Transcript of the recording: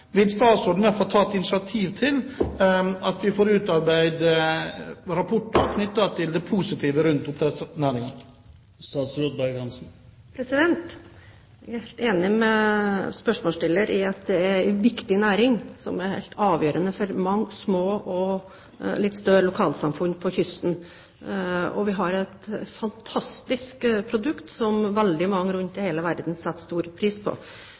Vil statsråden i hvert fall ta et initiativ til at vi får utarbeidet rapporter knyttet til det positive rundt oppdrettsnæringen? Jeg er helt enig med spørsmålsstilleren i at det er en viktig næring, som er helt avgjørende for mange små og litt større lokalsamfunn på kysten. Vi har et fantastisk produkt som veldig mange rundt om i hele verden setter stor pris på.